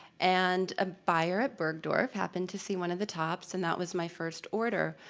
and a buyer at bergdorf happen to see one of the tops and that was my first order.